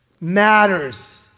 matters